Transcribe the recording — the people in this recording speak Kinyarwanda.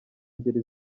ngeri